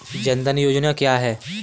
जनधन योजना क्या है?